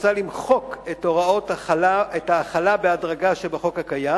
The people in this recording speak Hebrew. מוצע למחוק את ההחלה בהדרגה שבחוק הקיים.